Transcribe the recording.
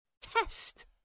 test